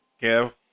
Kev